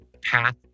path